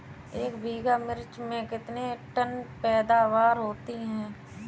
एक बीघा मिर्च में कितने टन पैदावार होती है?